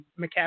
McCaffrey